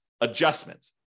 adjustment